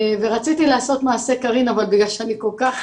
ורציתי לעשות מעשה, קארין, אבל בכלל שאני כל כך